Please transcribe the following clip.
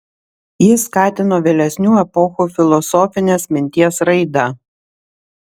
jis skatino vėlesnių epochų filosofinės minties raidą